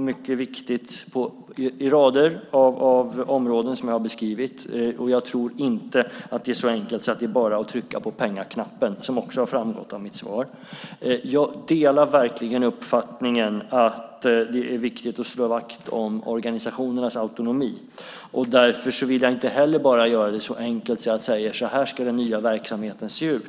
mycket viktigt på rader av områden som jag har beskrivit, och jag tror inte att det är så enkelt som att bara trycka på pengaknappen, vilket också har framgått av mitt svar. Jag delar verkligen uppfattningen att det är viktigt att slå vakt om organisationernas autonomi. Därför vill jag inte heller bara göra det så enkelt att jag säger: Så här ska den nya verksamheten se ut!